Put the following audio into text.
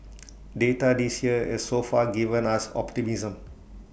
data this year has so far given us optimism